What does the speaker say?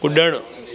कुड॒णु